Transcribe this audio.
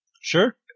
Sure